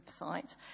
website